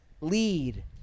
lead